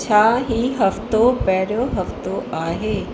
छा हीउ हफ़्तो पहिरियों हफ़्तो आहे